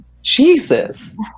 Jesus